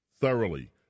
thoroughly